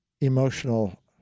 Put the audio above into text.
emotional